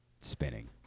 spinning